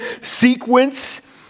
sequence